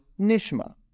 Nishma